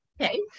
Okay